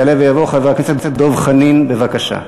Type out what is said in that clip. מס' 189, 199, 223,